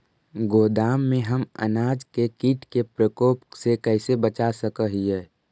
गोदाम में हम अनाज के किट के प्रकोप से कैसे बचा सक हिय?